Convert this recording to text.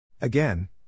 Again